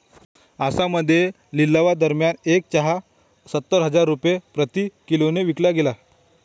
आसाममध्ये लिलावादरम्यान एक चहा सत्तर हजार रुपये प्रति किलोने विकला गेला